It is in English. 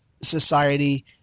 society